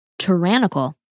tyrannical